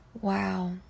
Wow